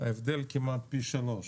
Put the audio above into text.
ההבדל הוא כמעט פי שלושה.